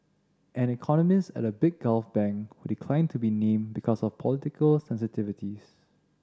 an economist at a big Gulf bank who declined to be named because of political sensitivities